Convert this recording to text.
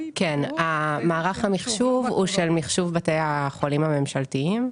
מערך המחשוב הוא של מחשוב בתי החולים הממשלתיים.